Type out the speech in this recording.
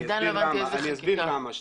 אני אסביר היכן הבעיות.